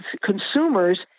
consumers